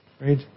right